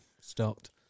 stopped